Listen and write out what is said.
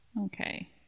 Okay